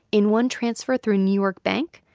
in one transfer through a new york bank,